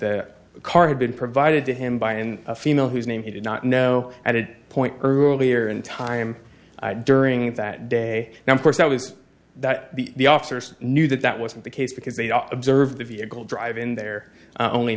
the car had been provided to him by in a female whose name he did not know at a point earlier in time during that day now of course that was that the the officers knew that that wasn't the case because they observe the vehicle drive in there only